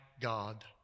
God